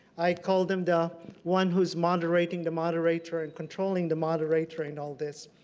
i called them the one who is moderating the moderator and controlling the moderator in all this.